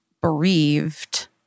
bereaved